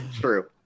True